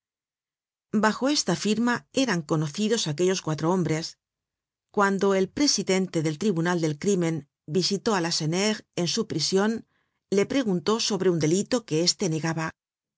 bajo esta firma eran conocidos aquellos cuatro hombres cuando el presidente del tribunal del crímen visitó á lacenaire en su prision le preguntó sobre un delito que éste negaba